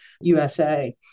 USA